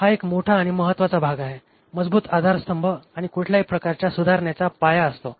हा एक मोठा आणि महत्वाचा भाग आहे मजबूत आधारस्तंभ आणि कुठल्याही प्रकारच्या सुधारणेचा पाया असतो